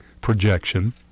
projection